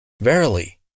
Verily